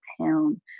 town